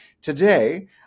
Today